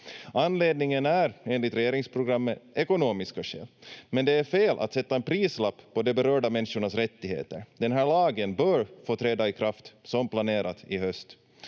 Anledningen är enligt regeringsprogrammet ekonomiska skäl, men det är fel att sätta en prislapp på de berörda människornas rättigheter. Den här lagen bör få träda i kraft som planerat i höst.